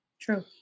True